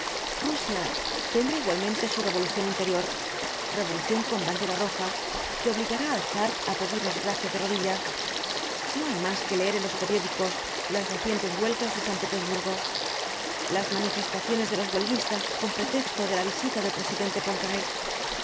rusia tendrá igualmente su revolución interior revolución con bandera roja que obligará al zar á pedirnos gracia de rodillas no hay mas que leer en los periódicos las recientes huelgas de san ptersburgo las manifestaciones de los huelguistas con pretexto de la visita del presidente